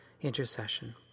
intercession